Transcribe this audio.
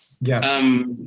Yes